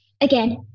Again